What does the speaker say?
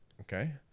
okay